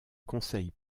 conseil